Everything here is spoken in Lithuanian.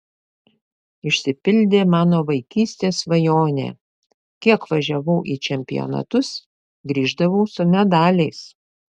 išsipildė mano vaikystės svajonė kiek važiavau į čempionatus grįždavau su medaliais